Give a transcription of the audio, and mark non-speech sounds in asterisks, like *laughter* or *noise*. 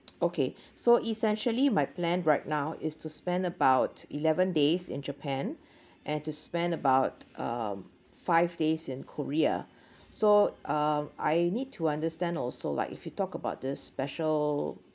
*noise* okay so essentially my plan right now is to spend about eleven days in japan *breath* and to spend about uh five days in korea so uh I need to understand also like if you talk about this special